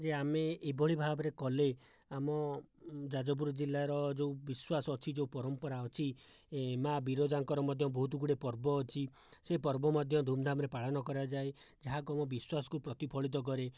ଯେ ଆମେ ଏଭଳି ଭାବରେ କଲେ ଆମ ଯାଜପୁର ଜିଲ୍ଲାର ଯେଉଁ ବିଶ୍ଵାସ ଅଛି ଯେଉଁ ପରମ୍ପରା ଅଛି ଏ ମା' ବିରଜାଙ୍କର ମଧ୍ୟ ବହୁତ ଗୁଡ଼ିଏ ପର୍ବ ଅଛି ସେ ପର୍ବ ମଧ୍ୟ ଧୁମ୍ଧାମ୍ରେ ପାଳନ କରାଯାଏ ଯାହାକୁ ଆମ ବିଶ୍ଵାସକୁ ପ୍ରତିଫଳିତ କରେ